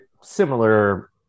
similar